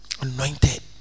anointed